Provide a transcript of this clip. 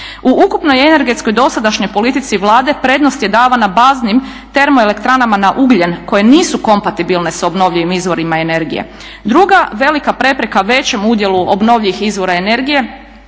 U ukupnoj energetskoj dosadašnjoj politici Vlade prednost je davana baznim termoelektranama na ugljen koje nisu kompatibilne s obnovljivim izvorima energije. Druga velika prepreka većem udjelu obnovljivih udjela energije